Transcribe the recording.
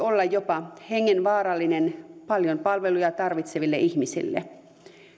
olla jopa hengenvaarallinen paljon palveluja tarvitseville ihmisille